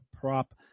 prop